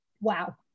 Wow